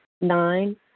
nine